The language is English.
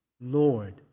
Lord